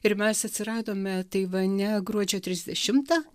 ir mes atsiradome taivane gruodžio trisdešimtą